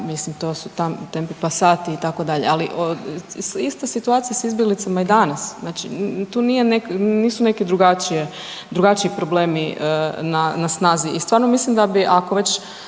mislim to su tempe passati itd., ali ista situacija je s izbjeglicama i danas, znači tu nije neki, nisu neki drugačiji problemi na snazi. I stvarno mislim da bi ako već